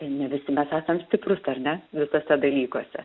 ne visi mes esam stiprūs ar ne visuose dalykuose